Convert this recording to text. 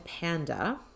panda